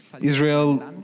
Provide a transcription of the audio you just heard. Israel